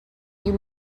you